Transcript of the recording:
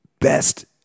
best